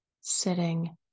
sitting